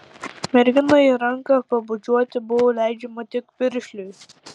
merginai ranką pabučiuoti buvo leidžiama tik piršliui